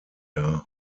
dar